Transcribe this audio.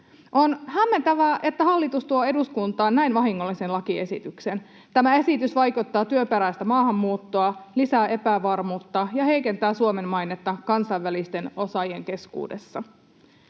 On hämmentävää, että hallitus tuo eduskuntaan näin vahingollisen lakiesityksen. Tämä esitys vaikeuttaa työperäistä maahanmuuttoa, lisää epävarmuutta ja heikentää Suomen mainetta kansainvälisten osaajien keskuudessa.